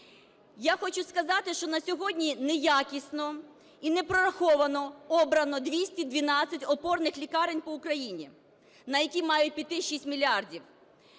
Я хочу сказати, що на сьогодні неякісно і непрораховано обрано 212 опорних лікарень по Україні, на яких має піти 6